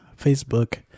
Facebook